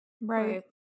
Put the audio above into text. right